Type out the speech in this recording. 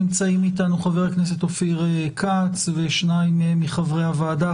נמצאים איתנו חבר הכנסת אופיר כץ ושניים מחברי הוועדה,